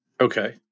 Okay